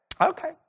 okay